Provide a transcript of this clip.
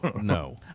no